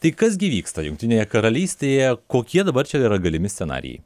tai kas gi vyksta jungtinėje karalystėje kokie dabar čia yra galimi scenarijai